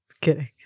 kidding